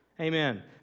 Amen